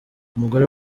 umugore